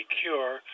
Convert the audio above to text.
cure